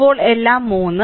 ഇപ്പോൾ എല്ലാം 3